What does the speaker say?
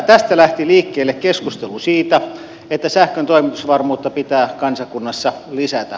tästä lähti liikkeelle keskustelu siitä että sähkön toimitusvarmuutta pitää kansakunnassa lisätä